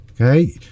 okay